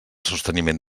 sosteniment